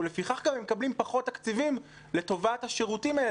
ולפיכך הם גם מקבלים פחות תקציבים לטובת השירותים האלה,